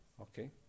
okay